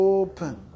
open